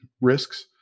risks